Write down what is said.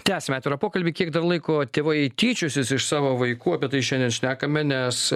tęsiame atvirą pokalbį kiek dar laiko tėvai tyčiosis iš savo vaikų apie tai šiandien šnekame nes